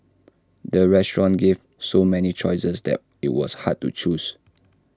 the restaurant gave so many choices that IT was hard to choose